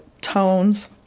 tones